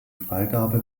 freigabe